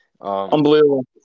Unbelievable